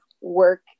work